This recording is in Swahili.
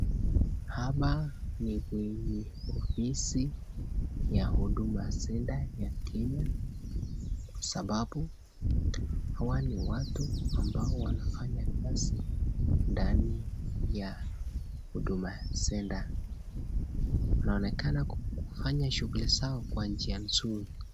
Hapa ni kwenye ofisi ya huduma centre kwa sababu hawa ni watu wanafanya kazi ndani ya huduma centre, wanaonekana kufanya shughuli zao kwa njia nzuri.